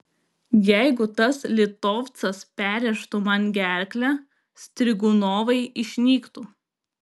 jeigu tas litovcas perrėžtų man gerklę strigunovai išnyktų